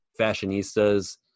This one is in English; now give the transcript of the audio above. fashionistas